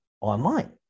online